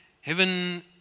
heaven